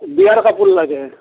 বিয়াৰ কাপোৰ লাগে